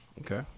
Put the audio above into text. Okay